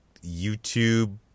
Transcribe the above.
YouTube